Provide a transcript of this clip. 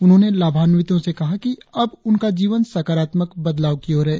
उन्होंने लाभान्वितो से कहा कि अब उनका जीवन सकारात्मक बदलाव की ओर है